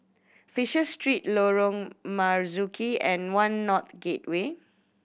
Fisher Street Lorong Marzuki and One North Gateway